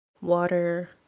Water